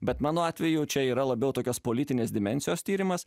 bet mano atveju čia yra labiau tokios politinės dimensijos tyrimas